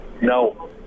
No